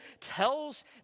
tells